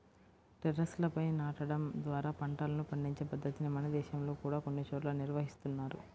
టెర్రస్లపై నాటడం ద్వారా పంటలను పండించే పద్ధతిని మన దేశంలో కూడా కొన్ని చోట్ల నిర్వహిస్తున్నారు